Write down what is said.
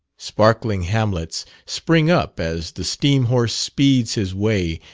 sparkling hamlets spring up as the steam horse speeds his way,